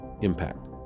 impact